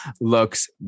looks